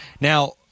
Now